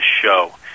show